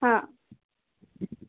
ಹಾಂ